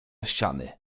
ściany